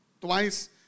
Twice